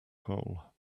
goal